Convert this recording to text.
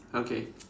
okay